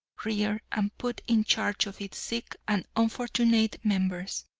rear, and put in charge of its sick and unfortunate members.